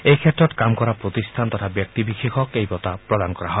এইক্ষেত্ৰত কাম কৰা প্ৰতিষ্ঠান তথা ব্যক্তি বিশেষক এই বঁটা প্ৰদান কৰা হয়